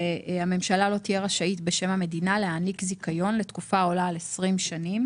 שהממשלה לא תהיה רשאית בשם המדינה להעניק זיכיון לתקופה העולה על 20 שנים